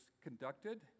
conducted